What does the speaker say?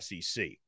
SEC